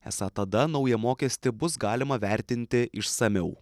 esą tada naują mokestį bus galima vertinti išsamiau